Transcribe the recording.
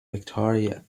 victoria